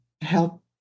help